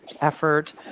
effort